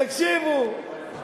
תקשיבו.